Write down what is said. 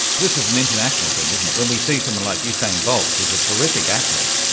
this is an international thing, isn't it. when we see someone like usain bolt, who is a terrific athlete,